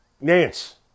Nance